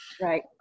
Right